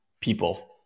people